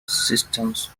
systems